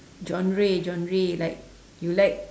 genre genre like you like